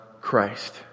Christ